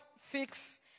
fix